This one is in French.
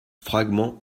fragment